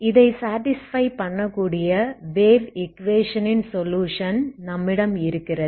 இதை சாடிஸ்ஃபை பண்ணக்கூடிய வேவ் ஈக்குவேஷனின் சொலுயுஷன் நம்மிடம் இருக்கிறது